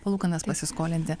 palūkanas pasiskolinti